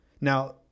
Now